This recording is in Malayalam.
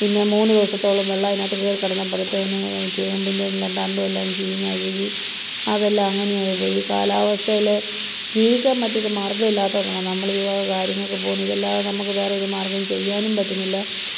പിന്നെ മൂന്ന് ദിവസത്തോളം വെള്ളം അതിനകത്ത് കയറി കിടന്നപ്പോഴ്ത്തെന് ചെമ്പിൻ്റെ എല്ലാം തണ്ടും എല്ലാം ചീഞ്ഞ് അഴുകി അതെല്ലാം അങ്ങനെ ആയിപ്പോയി കാലാവസ്ഥയിൽ ജീവിക്കാൻ മറ്റൊരു മാർഗ്ഗം ഇല്ലാത്ത കൊണ്ടാണ് നമ്മളീവക കാര്യങ്ങൾക്ക് പോകുന്നത് ഇതല്ലാതെ നമുക്ക് വേറെ ഒരു മാർഗ്ഗം ചെയ്യാനും പറ്റുന്നില്ല